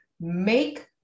make